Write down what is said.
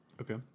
Okay